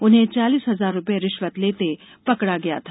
उन्हें चालीस हजार रूपए रिष्वत लेते पकड़ा गया था